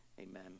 Amen